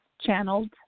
channeled